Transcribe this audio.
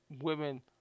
women